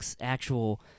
actual